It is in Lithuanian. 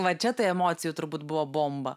va čia tai emocijų turbūt buvo bomba